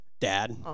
Dad